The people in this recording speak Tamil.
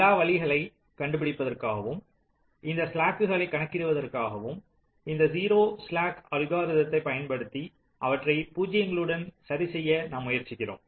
எல்லா வழிகளை கண்டு பிடிப்பதற்காகவும் இந்த ஸ்லாக்குகளை கணக்கிடுவதற்காகவும் இந்த 0 ஸ்லாக் அல்கோரிதத்தை பயன்படுத்தி அவற்றை பூஜ்ஜியங்களுடன் சரிசெய்ய நாம் முயற்சிக்கிறோம்